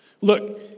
Look